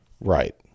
Right